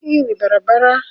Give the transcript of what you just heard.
Hii ni barabara